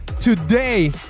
Today